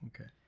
Okay